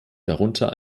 darunter